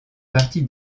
partie